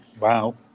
Wow